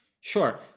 Sure